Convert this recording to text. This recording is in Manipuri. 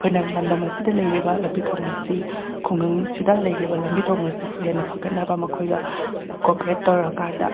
ꯑꯩꯈꯣꯏꯅ ꯂꯝꯗꯝ ꯑꯁꯤꯗ ꯂꯩꯔꯤꯕ ꯂꯝꯕꯤ ꯊꯣꯡ ꯑꯁꯤ ꯈꯨꯡꯒꯪꯁꯤꯗ ꯂꯩꯔꯤꯕ ꯂꯝꯕꯤ ꯊꯣꯡ ꯑꯁꯤ ꯍꯦꯟꯅ ꯐꯒꯠꯅꯕ ꯃꯈꯣꯏꯒ ꯀꯣꯄ꯭ꯔꯦꯠ ꯇꯧꯔꯀꯥꯟꯗ